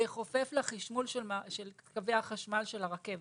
בחופף לחשמול של קווי החשמל של הרכבת.